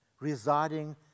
residing